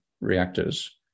reactors